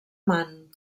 man